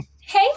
hey